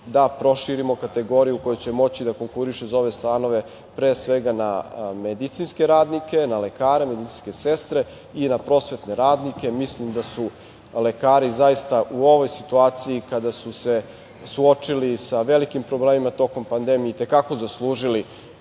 da proširimo kategoriju onih koji će moći da konkurišu za ove stanove, pre svega na medicinske radnike, na lekare, medicinske sestre i na prosvetne radnike? Mislim da su lekari zaista u ovoj situaciju kada su se suočili sa velikim problemima tokom pandemije i te kako zaslužili